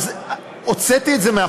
אז הוצאתי את זה מהחוק,